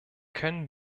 können